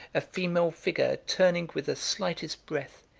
a female figure, turning with the slightest breath,